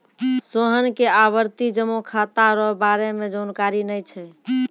सोहन के आवर्ती जमा खाता रो बारे मे जानकारी नै छै